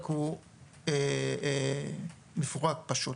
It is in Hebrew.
רק הוא מפורק פשוט?